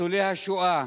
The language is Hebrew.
ניצולי השואה,